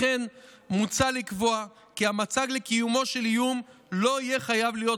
לכן מוצע לקבוע כי המצג לקיומו של איום לא יהיה חייב להיות